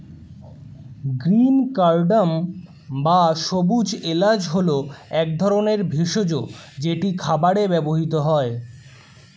green cardamom বা সবুজ এলাচ হল এক ধরনের ভেষজ যেটি খাবারে ব্যবহৃত হয়